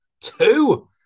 two